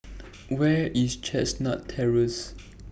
Where IS Chestnut Terrace